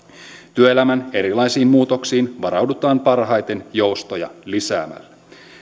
työelämän erilaisiin muutoksiin varaudutaan parhaiten joustoja lisäämällä